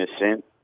innocent